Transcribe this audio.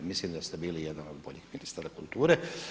Mislim da ste bili jedan od boljih ministara kulture.